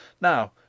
Now